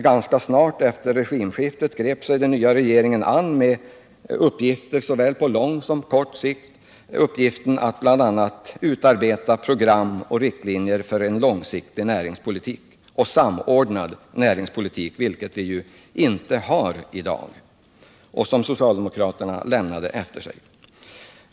Ganska snart efter regimskiftet grep sig den nya regeringen an med uppgifter på såväl lång som kort sikt, bl.a. att utarbeta program och riktlinjer för en långsiktig näringspolitik - och samordnad näringspolitik, vilket vi ju inte har i dag.